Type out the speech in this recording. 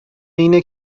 اینه